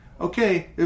okay